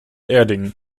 erding